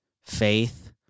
faith